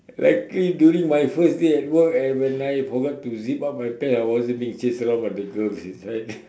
luckily during my first day at my work and when I forgot to zip up my pants I wasn't being chased around by the girls inside